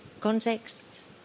context